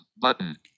button